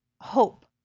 hope